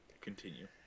continue